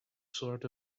sort